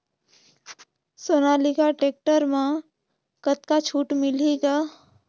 Sonalika tractor म कतका छूट मिलही ग?